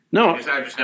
No